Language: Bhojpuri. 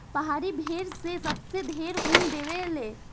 पहाड़ी भेड़ से सबसे ढेर ऊन देवे ले